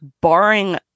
barring